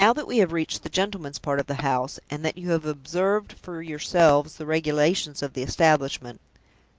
and now that we have reached the gentleman's part of the house, and that you have observed for yourselves the regulations of the establishment,